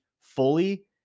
fully